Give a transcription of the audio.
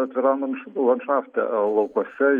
atviram land landšafte laukuose